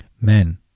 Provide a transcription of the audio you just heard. men